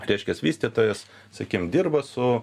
reiškias vystytojas sakim dirba su